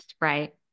right